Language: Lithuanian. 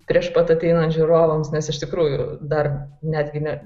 prieš pat ateinant žiūrovams nes iš tikrųjų dar netgi ne